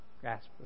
grasp